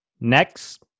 Next